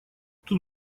тут